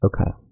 okay